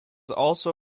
also